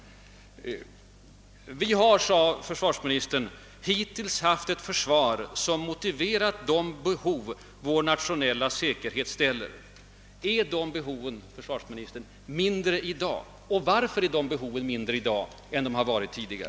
Försvarsministern framhöll slutligen att vi hittills haft ett försvar som motsvarat det behov vår nationella säkerhet kräver. Är detta behov, herr försvarsminister, mindre i dag än tidigare och i så fall varför?